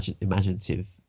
imaginative